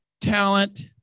talent